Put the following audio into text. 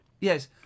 Yes